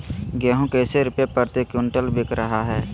गेंहू कैसे रुपए प्रति क्विंटल बिक रहा है?